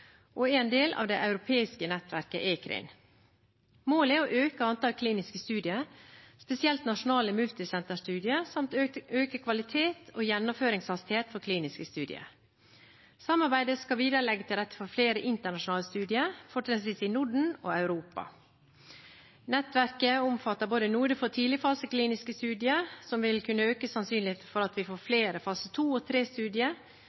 og er en del av det europeiske nettverket ECRIN. Målet er å øke antallet kliniske studier, spesielt nasjonale multisenterstudier, samt øke kvalitet og gjennomføringshastighet på kliniske studier. Samarbeidet skal videre legge til rette for flere internasjonale studier, fortrinnsvis i Norden og Europa. Nettverket omfatter både node for tidligfasekliniske studier, som vil kunne øke sannsynligheten for at vi får flere fase II- og fase III-studier finansiert av industrien, samt en node for kliniske studier